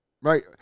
right